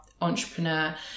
entrepreneur